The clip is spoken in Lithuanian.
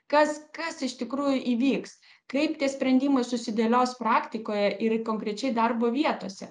kas kas iš tikrųjų įvyks kaip tie sprendimai susidėlios praktikoje ir konkrečiai darbo vietose